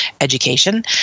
education